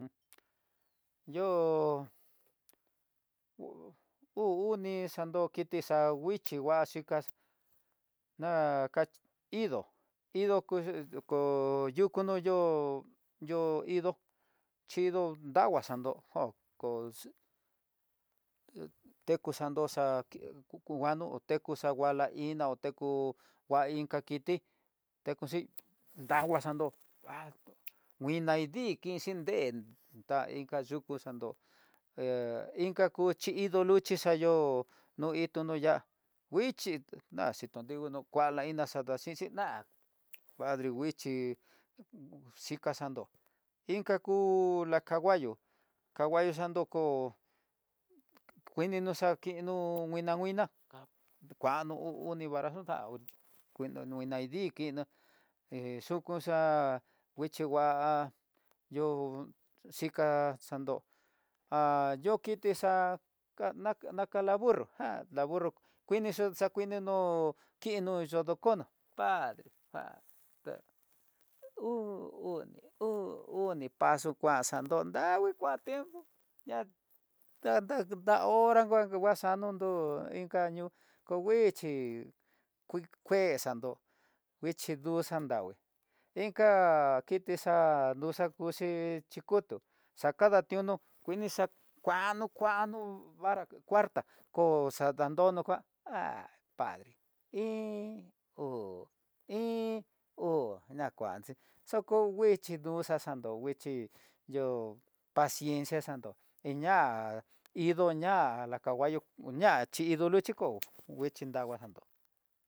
Un yo'ó uu uni xando kiti xanguixhi ngua xhika na ka indó, indó ko kuxhii no yo'o ho yo idó, chindo'o daguaxando jó ko tekuxando xa ki kuano, teku xanguala iná teku ngua inka kiti, teku xi nguala xando, ¡pas! Nguinaidii kixhin ndé ta inka yukú xandó he inka ku xhiido luxhí, xayo no itu no ya'á nguixhi naxhidon ndiko no kuala, inta xhaxantichí ná padri nguixhi xhinta xandó inka ku la k. canguallo, canguallo xandayó canguallo xanduko kuinino xakenó kuina kuina ka kuano uu uni barajo xaú kuina dii kinó hé xuku xa'a nguixhi nguá yo xhika xando ha yokiti xa'a na ankala burro jan la kala burro há la burro kuixo xa kuini nó kinó yodokoná, padre, pedre, uu uni, uu uni, paso kuan xando davii kuan tiempo na kate da'a horá ngua nguaxanró no inka ñoo, ko nguichí kuii ké xandó nguixhí ndú xandá nigui inka kiti xa'a nduxa kuxi, xhikutu xa'a kadatinó kuini xa'a kuano kuano vara cuartá kó xadandono kuan há, padre iin uu, iin uu, na kuanxi xokonguichí no'ó xa xando nguixhí yo pasiencia xandó iñá idó ñaá la canguallo xhi indó luchí ko'o nguixhi lava xandó.